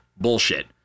bullshit